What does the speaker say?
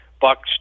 bucks